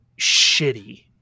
shitty